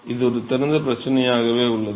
இது ஒரு திறந்த பிரச்சனையாகவே உள்ளது